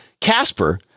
Casper